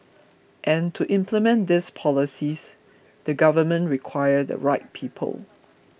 and to implement these policies the government require the right people